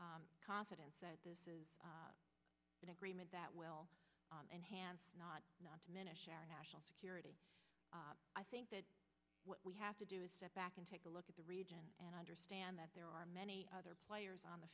confidence that this is an agreement that will enhance not not diminish our national security i think that what we have to do is step back and take a look at the region and understand that there are many other players on the